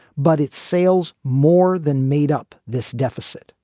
but its sales more than made up this deficit.